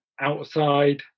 outside